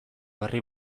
berri